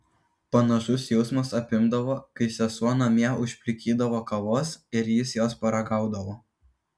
panašus jausmas apimdavo kai sesuo namie užplikydavo kavos ir jis jos paragaudavo